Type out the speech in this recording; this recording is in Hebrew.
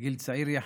בגיל צעיר יחסית,